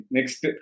Next